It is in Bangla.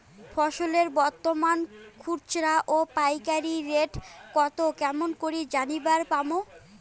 ফসলের বর্তমান খুচরা ও পাইকারি রেট কতো কেমন করি জানিবার পারবো?